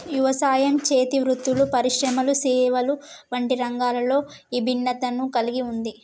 యవసాయం, చేతి వృత్తులు పరిశ్రమలు సేవలు వంటి రంగాలలో ఇభిన్నతను కల్గి ఉంది